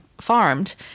farmed